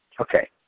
Okay